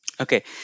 Okay